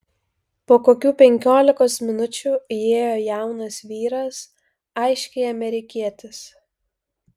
po kokių penkiolikos minučių įėjo jaunas vyras aiškiai amerikietis